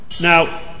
Now